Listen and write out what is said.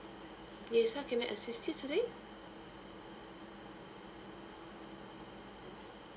yes how can I assist you today